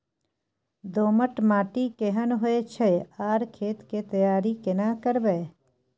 दोमट माटी केहन होय छै आर खेत के तैयारी केना करबै?